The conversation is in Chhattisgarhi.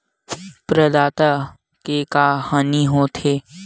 प्रदाता के का हानि हो थे?